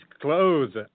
clothes